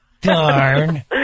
Darn